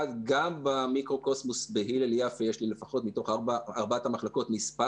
גם במיקרוקוסמוס בהלל יפה יש לי מתוך ארבע המחלקות מספר